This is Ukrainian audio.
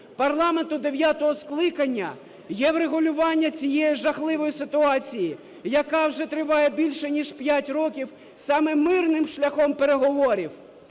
парламенту дев'ятого скликання є врегулювання цієї жахливої ситуації, яка вже триває більше ніж 5 років, саме мирним шляхом переговорів.